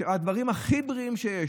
הדברים הכי בריאים שיש.